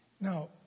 Now